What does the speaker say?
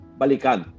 balikan